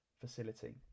facility